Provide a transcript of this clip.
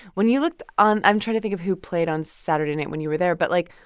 when you looked on i'm trying to think of who played on saturday night when you were there but, like,